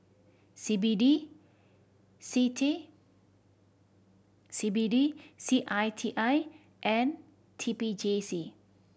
C B D C T C B D C I T I and T P J C